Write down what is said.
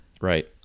Right